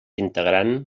integrant